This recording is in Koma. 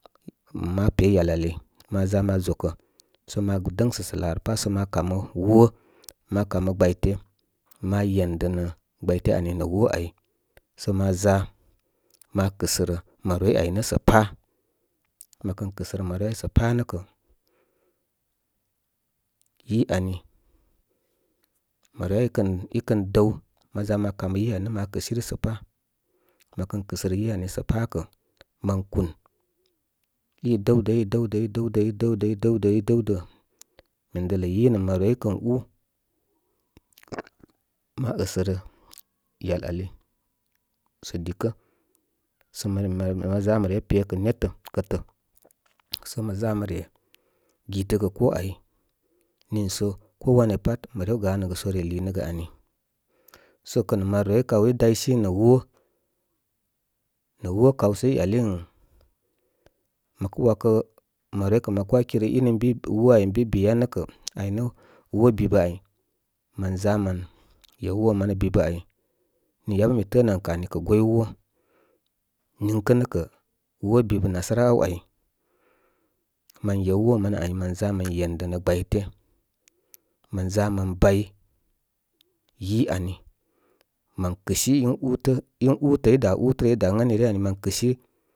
Ma pe yal ali ma ʒa ma ʒokə sə ma dəŋ sə sə’ laa rə rə pa’ ma kamə wo’, ma kamə gbayte yen də’ nə’ gbayte arí nə’ wo’ áy, sə ma ʒa ma kɨ̀səŋ maroroi áy nə’ sa’`` pa’. Mə kən kɨsərə maroroi áy sə’ pa’ nə’ kó, yí ani, maroroì í kən dəw, ma kamə yí ani, nə’ ma kɨsiri sə̀ pá. Mə kən kɨ̀sərə yí ani sə’ pa’ kə̀, mən kùn. Í dəwdə̀, í dəwdə, í dəwdə’, í dəwdə, í dəwdə, í dəwdə. Men dələ yī nə maroroī í kən ú, ma əsərə yal ali sə’ dìkə’. Sə mə re məre, mə ʒa mə re pe kə ne’tə’, kə̀tə̀ sə mə ʒa mə re gí təgə koo āy nììso ko wam ya pal mə rew ganə gə sə re lìì nəgə ani. Sə kə’ nə̀ maroroi kaw í daysi nə̀ wo’, nə wó kaw sə í yal ən, məkə wakə maroroī kə’ ma kə’ wakirə ín ən bi, wo’ áy ən bi be ya nə’ kə’, áy nə́ wo’ bibə, a’y. Mən ʒa mə yew wo’ manə bibə áy. Nì ya bə mi̍ tə̄ə̄ nə̀ kə̀ wo’ bibə nsara áne áy. Mən yew wo’ manə áy mən ʒa mən yendə nə gbay te’, mən ʒa mən bay yi ani. Mən kɨ sī ín útə’. Ín útə̀ í da’ útə rə í aá ən ani ryə ayi mən kɨsi.